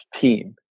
team